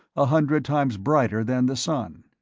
a hundred times brighter than the sun.